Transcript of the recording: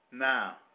Now